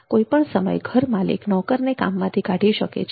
કોઈ પણ સમય ઘરમાલિક નોકરને કામમાંથી કાઢી શકે છે